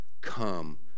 come